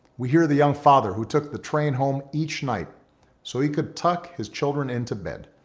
we hear the young father who took the train home each night so he could tuck his children into bed.